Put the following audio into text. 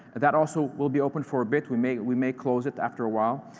that also will be open for a bit. we may we may close it after a while.